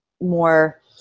more